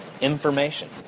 Information